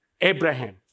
Abraham